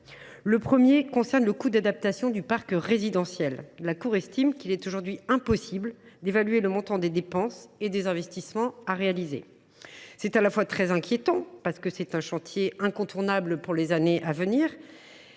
Le premier point concerne le coût d’adaptation du parc résidentiel. La Cour estime qu’il est aujourd’hui impossible d’évaluer le montant des dépenses et des investissements à réaliser. C’est à la fois très inquiétant, puisque c’est un chantier incontournable pour les années à venir,